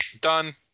Done